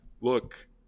look